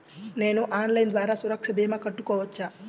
నేను ఆన్లైన్ ద్వారా సురక్ష భీమా కట్టుకోవచ్చా?